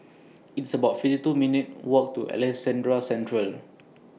It's about fifty two minutes' Walk to Alexandra Central